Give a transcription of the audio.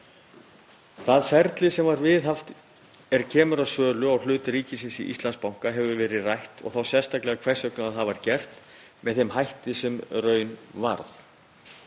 Það ferli sem var viðhaft þegar kemur að sölu á hlut ríkisins í Íslandsbanka hefur verið rætt og þá sérstaklega hvers vegna það var gert með þeim hætti sem raun varð.